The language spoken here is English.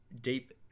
deep